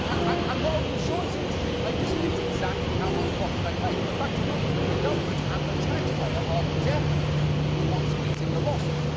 and while the insurance industry may dispute exactly how much profit they make, the fact remains that the government and the taxpayer are definitely the ones eating the losses,